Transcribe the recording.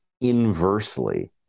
inversely